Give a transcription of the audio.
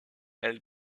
elle